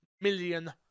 million